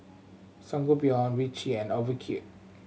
Sangobion Vichy and Ocuvite